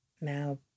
now